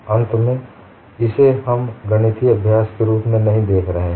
अंत में इसे हम गणितीय अभ्यास के रूप में नहीं देख रहे हैं